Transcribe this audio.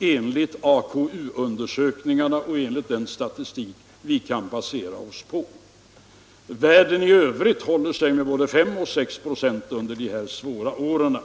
enligt AKU och den statistik vi kan basera oss på. Världen i övrigt höll sig med både 5 och 6 96 arbetslösa under de här svåra åren.